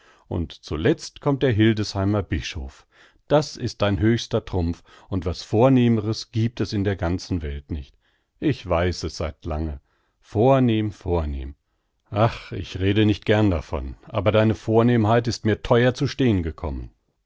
und zuletzt kommt der hildesheimer bischof das ist dein höchster trumpf und was vornehmeres giebt es in der ganzen welt nicht ich weiß es seit lange vornehm vornehm ach ich rede nicht gern davon aber deine vornehmheit ist mir theuer zu stehn gekommen